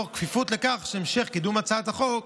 יתבצע תוך כפיפות לכך שהמשך קידום הצעת החוק